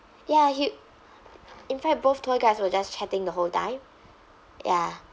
ya he in fact both tour guides were just chatting the whole time ya